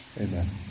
Amen